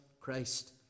Christ